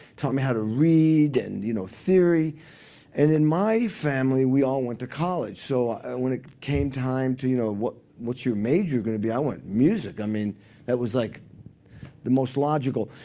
taught me how to read and you know theory and in my family, we all went to college. so when it came time to, you know what's what's your major going to be, i went, music. i mean that was like the most logical.